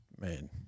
man